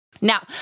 Now